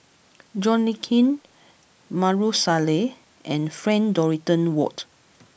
John Le Cain Maarof Salleh and Frank Dorrington Ward